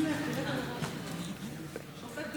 כדי להגיד תודה לשוטרים ולשוטרות של משטרת ישראל,